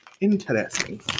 Interesting